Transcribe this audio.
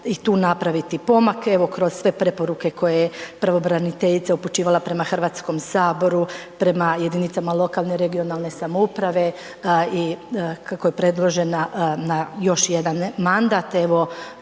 i tu napraviti pomak, evo kroz sve preporuke koje je pravobraniteljica upućivala prema HS, prema jedinicama lokalne i regionalne samouprave i kako je predložena na još jedan mandat, evo